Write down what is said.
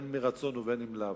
אם מרצון ואם לאו.